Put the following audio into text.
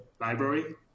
library